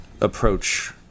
approach